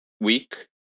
week